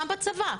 גם בצבא.